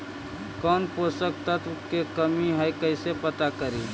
कौन पोषक तत्ब के कमी है कैसे पता करि?